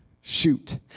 Shoot